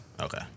Okay